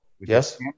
yes